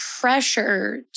pressure